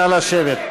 נא לשבת.